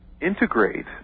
integrate